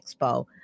expo